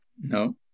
No